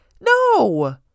No